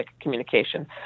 communication